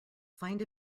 find